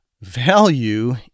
value